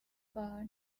bar